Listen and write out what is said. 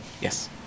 yes